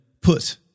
Put